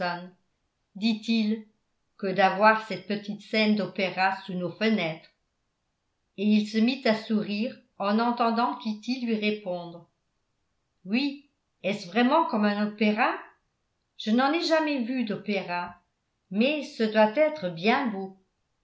dit-il que d'avoir cette petite scène d'opéra sous nos fenêtres et il se mit à sourire en entendant kitty lui répondre oui est-ce vraiment comme un opéra je n'en ai jamais vu d'opéra mais ce doit être bien beau